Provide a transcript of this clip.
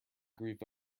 grieve